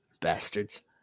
Bastards